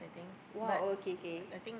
!wow! okay K